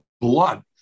blood